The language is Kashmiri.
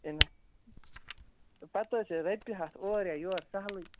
ہے نہ پَتہِ حظ چھُ رۄپیہِ ہَتھ اور یا یور سَہلٕے